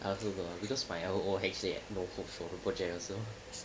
I also got lah because my L O H A notebook solar project also